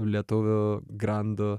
lietuvių grandų